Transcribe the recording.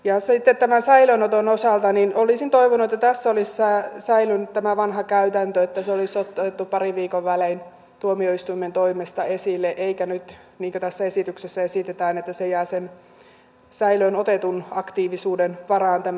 ja sitten tämän säilöönoton osalta olisin toivonut että tässä olisi säilynyt tämä vanha käytäntö että se olisi otettu parin viikon välein tuomioistuimen toimesta esille eikä niin kuin tässä esityksessä nyt esitetään eli että tämä asia jää sen säilöönotetun aktiivisuuden varaan